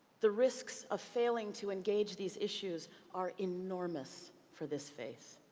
the risks of failing to engage these issues are enormous for this faith.